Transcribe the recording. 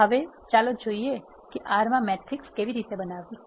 હવે ચાલો જોઈએ કે R માં મેટ્રિક્સ કેવી રીતે બનાવવું